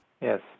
Yes